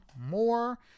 more